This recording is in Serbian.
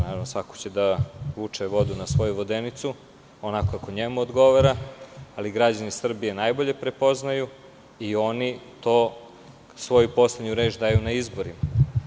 Naravno, svako će da vuče vodu na svoju vodenicu onako kako njemu odgovara, ali građani Srbije najbolje prepoznaju i oni svoju poslednju reč daju na izborima.